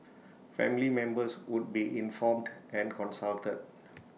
family members would be informed and consulted